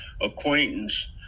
acquaintance